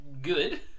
good